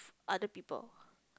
other people